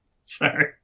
Sorry